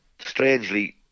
strangely